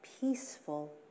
peaceful